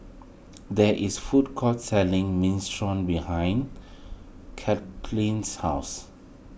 there is food court selling Minestrone behind Cathleen's house